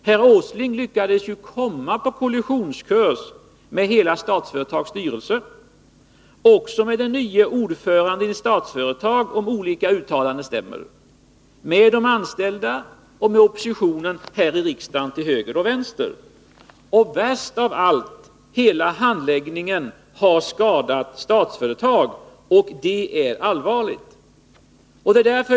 Herr Åsling lyckades ju komma på kolissionskurs med Statsföretags hela styrelse, med den nye ordföranden i Statsföretag — om olika uttalanden stämmer — med de anställda samt med oppositionen här i riksdagen till höger och vänster. Värst av allt är att hela handläggningen har skadat Statsföretag. Detta är allvarligt.